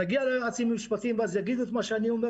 נגיע ליועצים המשפטיים ואז הם יגידו את מה שאני אומר